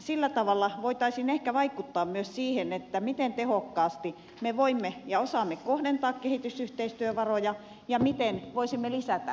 sillä tavalla voitaisiin ehkä vaikuttaa myös siihen miten tehokkaasti me voimme ja osaamme kohdentaa kehitysyhteistyövaroja ja miten voisimme lisätä niiden vaikuttavuutta